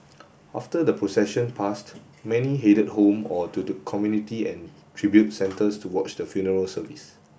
after the procession passed many headed home or to community and tribute centres to watch the funeral service